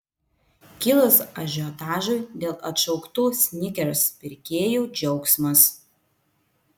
kilus ažiotažui dėl atšauktų snickers pirkėjų džiaugsmas